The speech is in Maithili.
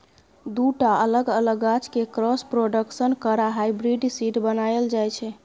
दु टा अलग अलग गाछ केँ क्रॉस प्रोडक्शन करा हाइब्रिड सीड बनाएल जाइ छै